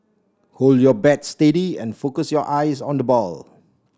hold your bat steady and focus your eyes on the ball